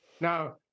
Now